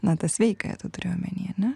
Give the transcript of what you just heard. na tą sveikąją tu turi omeny ane